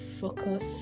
focus